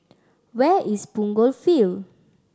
where is Punggol Field